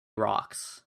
rocks